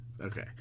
okay